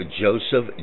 Joseph